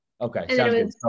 Okay